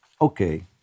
Okay